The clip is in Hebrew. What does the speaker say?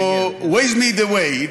או Waze me the way,